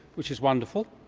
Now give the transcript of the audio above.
which is wonderful.